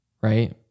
right